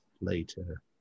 later